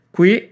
Qui